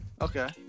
Okay